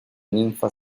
ninfa